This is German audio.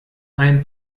ein